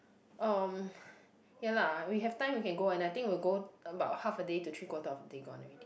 um ya lah we have time we can go and I think we'll go about half a day to three quarters of the day gone already